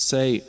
Say